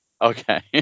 okay